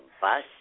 bus